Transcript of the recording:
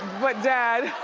but dad,